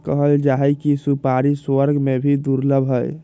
कहल जाहई कि सुपारी स्वर्ग में भी दुर्लभ हई